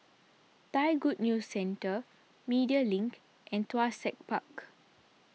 Thai Good News Centre Media Link and Tuas Tech Park